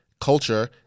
culture –